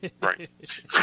Right